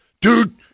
Dude